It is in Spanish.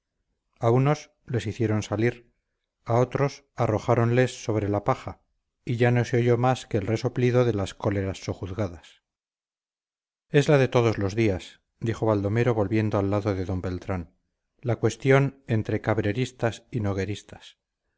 a unos les hicieron salir a otros arrojáronles sobre la paja y ya no se oyó más que el resoplido de las cóleras sojuzgadas es la de todos los días dijo baldomero volviendo al lado de d beltrán la cuestión entre cabreristas y nogueristas